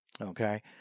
Okay